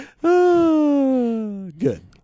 Good